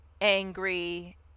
angry